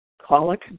colic